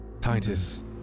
Titus